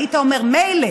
היית אומר מילא,